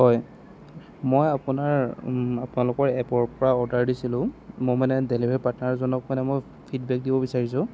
হয় মই আপোনাৰ আপোনালোকৰ এপৰ পৰা অৰ্ডাৰ দিছিলোঁ মই মানে ডেলিভাৰী পাৰ্টনাৰজনক মানে মই ফিডবেক দিব বিচাৰিছোঁ